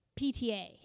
PTA